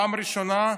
הפעם הראשונה,